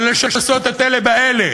של לשסות את אלה באלה,